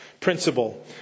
principle